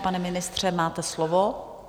Pane ministře, máte slovo.